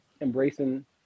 embracing